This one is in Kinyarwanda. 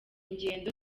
ingendo